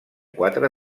quatre